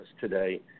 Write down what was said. today